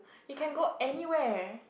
you can go anywhere